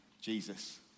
Jesus